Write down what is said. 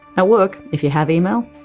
at work, if you have email,